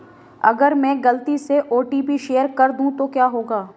अगर मैं गलती से ओ.टी.पी शेयर कर दूं तो क्या होगा?